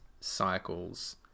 cycles